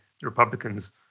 Republicans